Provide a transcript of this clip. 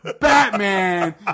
Batman